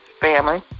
family